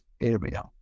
area